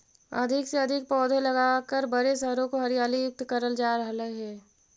अधिक से अधिक पौधे लगाकर बड़े शहरों को हरियाली युक्त करल जा रहलइ हे